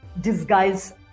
disguise